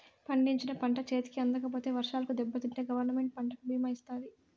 పండించిన పంట చేతికి అందకపోతే వర్షాలకు దెబ్బతింటే గవర్నమెంట్ పంటకు భీమా ఇత్తాది